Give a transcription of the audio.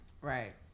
Right